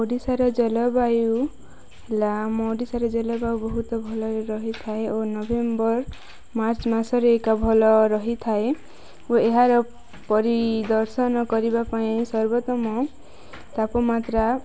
ଓଡ଼ିଶାର ଜଳବାୟୁ ହେଲା ଆମ ଓଡ଼ିଶାର ଜଳବାୟୁ ବହୁତ ଭଲରେ ରହିଥାଏ ଓ ନଭେମ୍ବର ମାର୍ଚ୍ଚ ମାସରେ ଏକା ଭଲ ରହିଥାଏ ଓ ଏହାର ପରିଦର୍ଶନ କରିବା ପାଇଁ ସର୍ବୋତ୍ତମ ତାପମାତ୍ରା